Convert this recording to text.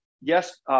yes